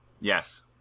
Yes